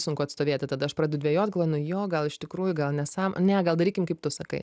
sunku atstovėti tada aš pradedu dvejot galvoju nu jo gal iš tikrųjų gal nesąmon ne gal darykim kaip tu sakai